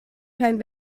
kein